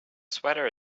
sweater